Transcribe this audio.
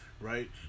right